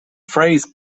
phrase